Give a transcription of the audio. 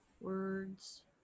words